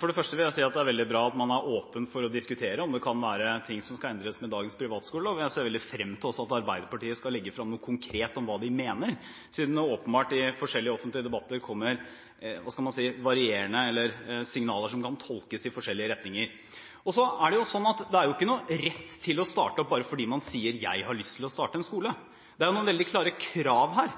For det første vil jeg si at det er veldig bra at man er åpen for å diskutere om det kan være ting som skal endres med dagens privatskolelov. Jeg ser også veldig frem til at Arbeiderpartiet skal legge frem noe konkret om hva de mener, siden det åpenbart, i forskjellige offentlige debatter, kommer signaler som kan tolkes i forskjellige retninger. Det er ikke snakk om en rett til å starte opp bare fordi man sier at man har lyst til å starte en skole. Det er noen veldig klare krav her,